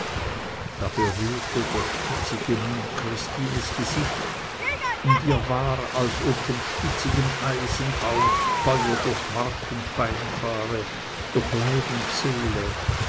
da berührte der spitzige mund christines gesicht und ihr war als ob von spitzigem eisen aus feuer durch mark und bein fahre durch leib und seele